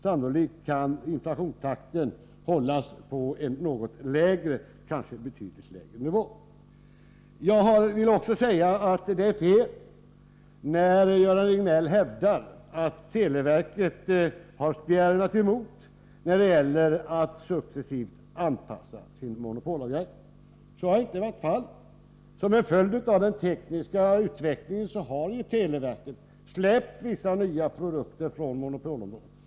Sannolikt kan inflationstakten hållas på en något — kanske på en betydligt — lägre nivå. Jag vill också säga att det är fel när Göran Riegnell hävdar att televerket har spjärnat emot när det gäller att successivt anpassa sin monopolavgränsning. Så har inte varit fallet. Som en följd av den tekniska utvecklingen har ju televerket släppt vissa nya produkter från monopolområdet.